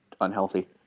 unhealthy